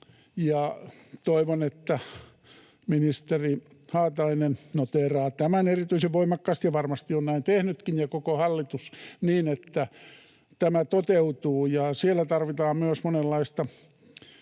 Toivon, että ministeri Haatainen noteeraa tämän erityisen voimakkaasti, ja varmasti on näin tehnytkin, ja koko hallitus, niin että tämä toteutuu. Siellä tarvitaan myös monenlaista